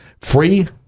Free